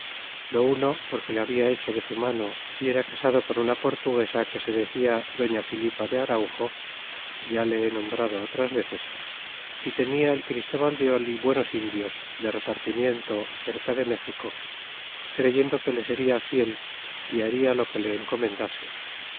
lo uno porque le habia hecho de su mano y era casado con una portuguesa que se decia doña filipa de araujo ya le he nombrado otras veces y tenia el christóbal de oli buenos indios de repartimiento cerca de méxico creyendo que le seria fiel y baria lo que le encomendase